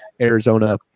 Arizona